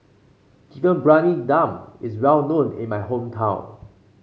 Chicken Briyani Dum is well known in my hometown